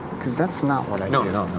cause that's not what i do.